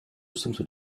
swimsuit